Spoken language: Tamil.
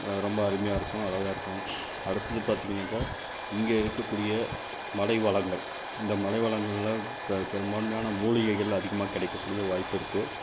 ரொம்ப அருமையாக இருக்கும் அழகாக இருக்கும் அடுத்தது பார்த்திங்கன்னக்கா இங்கே இருக்கக்கூடிய மலை வளங்கள் இந்த மலை வளங்களில் பெரும்பான்மையான மூலிகைகள் அதிகமாக கிடைக்க கூடிய வாய்ப்பு இருக்குது